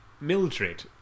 Mildred